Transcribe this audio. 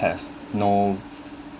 has no